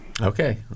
Okay